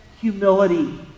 humility